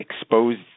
exposed